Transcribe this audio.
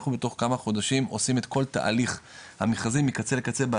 אנחנו בתוך כמה חודשים עושים את כל תהליך המכרזים מקצה לקצה באתרי